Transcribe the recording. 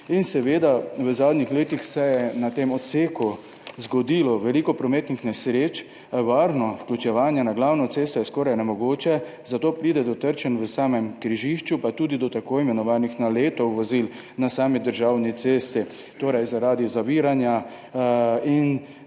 vozil. V zadnjih letih se je na tem odseku zgodilo veliko prometnih nesreč. Varno vključevanje na glavno cesto je skoraj nemogoče, zato pride do trčenj v samem križišču pa tudi do tako imenovanih naletov vozil na sami državni cesti zaradi zaviranja in